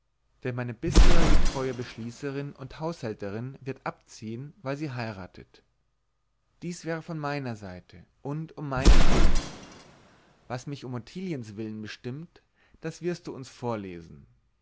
denn meine bisherige treue beschließerin und haushälterin wird abziehen weil sie heiratet dies wäre von meiner seite und um meinetwillen was mich um ottiliens willen bestimmt das wirst du uns vorlesen